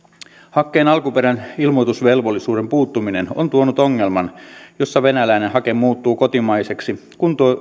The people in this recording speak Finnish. hakkeen alkuperän ilmoitusvelvollisuuden puuttuminen on tuonut ongelman jossa venäläinen hake muuttuu kotimaiseksi kun